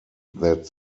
that